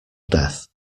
death